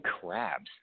crabs